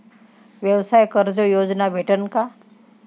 व्यवसाय कर्ज योजना भेटेन का?